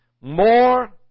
more